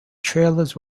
trailers